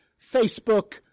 Facebook